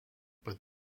but